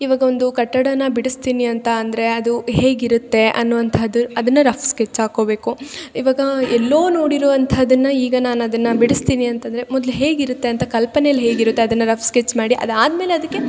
ಇವಾಗ ಒಂದು ಕಟ್ಟಡವನ್ನು ಬಿಡಿಸ್ತೀನಿ ಅಂತ ಅಂದರೆ ಅದು ಹೇಗಿರುತ್ತೆ ಅನ್ನುವಂಥದ್ದು ಅದನ್ನು ರಫ್ ಸ್ಕೆಚ್ ಹಾಕೋಬೇಕು ಇವಾಗ ಎಲ್ಲೋ ನೋಡಿರೋ ಅಂಥದನ್ನು ಈಗ ನಾನದನ್ನು ಬಿಡಿಸ್ತೀನಿ ಅಂತಂದರೆ ಮೊದ್ಲು ಹೇಗಿರತ್ತೆ ಅಂತ ಕಲ್ಪನೆಲಿ ಹೇಗಿರುತ್ತೆ ಅದನ್ನು ರಫ್ ಸ್ಕೆಚ್ ಮಾಡಿ ಅದಾದ್ಮೇಲೆ ಅದಕ್ಕೆ